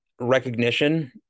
recognition